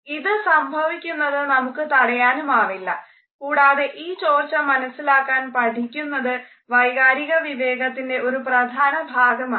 ഇത് സംഭവിക്കുന്നത് നമുക്ക് തടയാനുമാവില്ല കൂടാതെ ഈ ചോർച്ച മനസിലാക്കാൻ പഠിക്കുന്നത് വൈകാരിക വിവേകത്തിൻ്റെ ഒരു പ്രധാന ഭാഗമാണ്